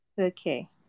Okay